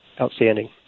outstanding